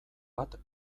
bat